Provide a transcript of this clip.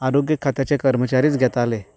आरोग्य खात्याचे कर्मचारीच घेताले